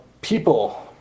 people